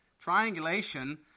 triangulation